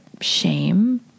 shame